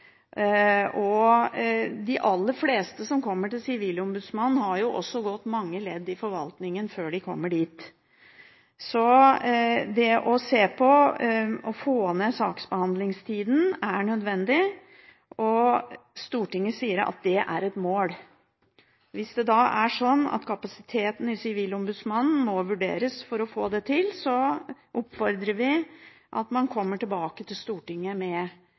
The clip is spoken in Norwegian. kommer til Sivilombudsmannen, har jo også gått mange ledd i forvaltningen før de kommer dit. Så det å få ned saksbehandlingstida er nødvendig, og Stortinget sier at «det må være et mål». Hvis det da er sånn at kapasiteten hos Sivilombudsmannen må vurderes for å få det til, oppfordrer vi til at man kommer tilbake til Stortinget med en eventuell oversikt som viser hvordan det skal kunne foregå. Så tar Sivilombudsmannen også opp dette med